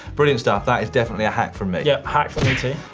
brilliant stuff, that is definitely a hack from me. yeah, hack from me too.